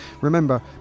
remember